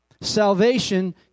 Salvation